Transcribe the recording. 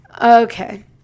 Okay